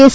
S